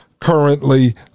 currently